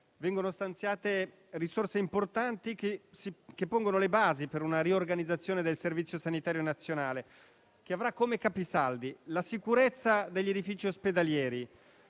vengono stanziate risorse importanti, che pongono le basi per una riorganizzazione del Servizio sanitario nazionale che avrà, come capisaldi, la sicurezza degli edifici ospedalieri;